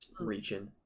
reaching